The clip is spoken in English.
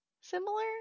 similar